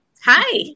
Hi